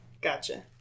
Gotcha